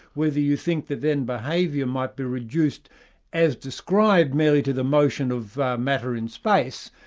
whether you think that then behaviour might be reduced as described, merely to the motion of matter in space.